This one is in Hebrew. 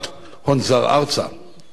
והבעת אמון בשוק הישראלי,